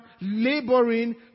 laboring